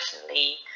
personally